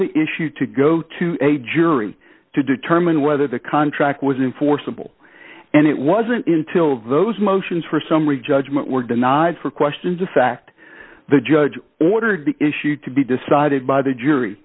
the issue to go to a jury to deter herman whether the contract was enforceable and it wasn't until those motions for summary judgment were denied for questions of fact the judge ordered the issue to be decided by the jury